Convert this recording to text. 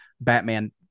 Batman